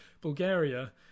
Bulgaria